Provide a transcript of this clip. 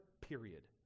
period